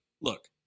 look